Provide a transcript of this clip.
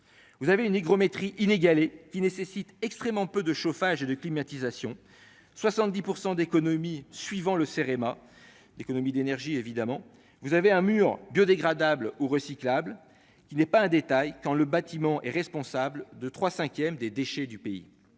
vous avez une hygrométrie inégalée qui nécessite extrêmement peu de chauffage et de climatisation 70 % d'économie suivant le CEREMA d'économie d'énergie, évidemment, vous avez un mur biodégradables ou recyclables qui n'est pas un détail : quand le bâtiment est responsable de 3 cinquièmes des déchets du pays